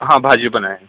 हां भाजी पण आहे